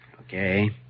Okay